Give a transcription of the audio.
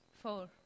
Four